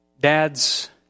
dads